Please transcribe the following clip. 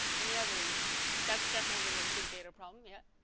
any other reason that's definitely like big data problem yet